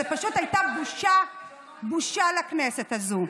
זאת פשוט הייתה בושה לכנסת הזאת.